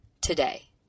today